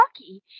lucky